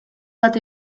bat